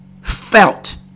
felt